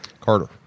Carter